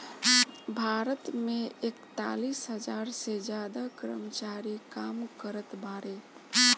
भारत मे एकतालीस हज़ार से ज्यादा कर्मचारी काम करत बाड़े